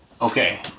Okay